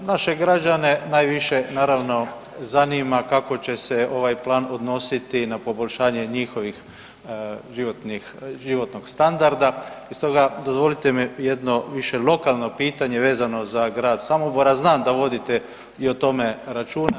Naše građane najviše naravno zanima kako će se ovaj plan odnositi na poboljšanje njihovog životnog standarda i stoga dozvolite mi jedno više lokalno pitanje vezano za Grad Samobor, a znam da vodite i o tome računa.